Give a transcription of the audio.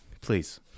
Please